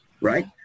Right